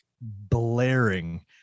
blaring